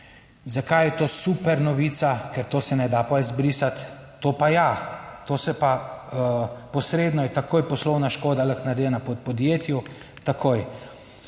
zakaj je to super novica, ker to se ne da potem izbrisati. To pa ja, to se pa posredno je takoj poslovna škoda lahko narejena po podjetju, takoj.